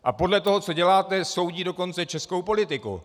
A podle toho, co děláte, soudí dokonce českou politiku.